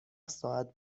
ساعت